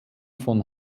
von